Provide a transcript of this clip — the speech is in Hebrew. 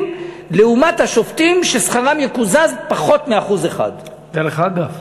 לעומת השופטים ששכרם יקוזז בפחות מ-1% אגב,